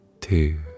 two